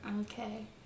okay